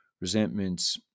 resentments